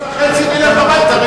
אנחנו נלך ב-17:30 הביתה.